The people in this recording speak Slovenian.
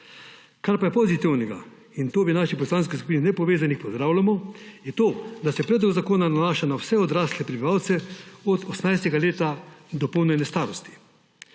Kar pa je pozitivnega, in to v naši Poslanskih skupini nepovezanih poslancev pozdravljamo, je to, da se predlog zakona nanaša na vse odrasle prebivalce od 18. leta dopolnjene starosti.